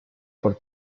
por